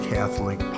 Catholic